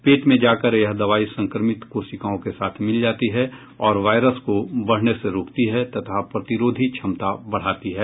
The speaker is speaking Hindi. पेट में जाकर यह दवाई संक्रमित कोशिकाओं के साथ मिल जाती है और वायरस को बढ़ने से रोकती है तथा प्रतिरोधी क्षमता बढ़ाती है